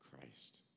Christ